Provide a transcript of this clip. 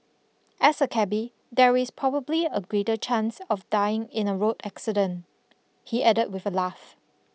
as a cabby there is probably a greater chance of dying in a road accident he added with a laugh